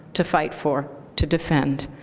to fight for, to defend,